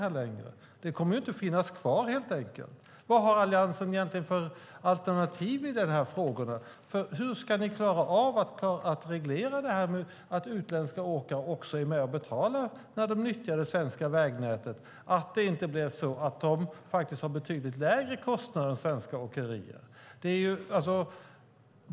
Det kommer helt enkelt inte att finnas kvar. Vad har Alliansen för alternativ i de frågorna? Hur ska ni klara av att reglera detta med att utländska åkare också är med och betalar när de nyttjar det svenska vägnätet, så att de inte får betydligt lägre kostnader än svenska åkerier?